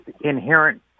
inherent